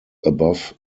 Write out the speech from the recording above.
above